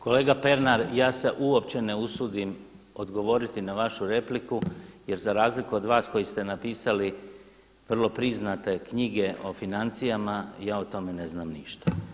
Kolega Pernar ja se uopće ne usudim odgovoriti na vašu repliku jer za razliku od vas koji ste napisali vrlo priznate knjige o financijama ja o tome ne znam ništa.